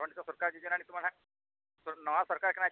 ᱚᱸᱰᱮ ᱫᱚ ᱥᱚᱨᱠᱟᱨ ᱡᱳᱡᱚᱱᱟ ᱧᱩᱛᱩᱢᱟᱱ ᱦᱟᱸᱜ ᱱᱟᱣᱟ ᱥᱚᱨᱠᱟᱨ ᱠᱟᱱᱟᱭ